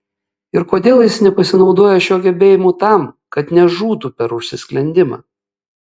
ir kodėl jis nepasinaudoja šiuo gebėjimu tam kad nežūtų per užsisklendimą